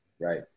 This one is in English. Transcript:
Right